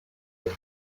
area